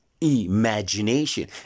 imagination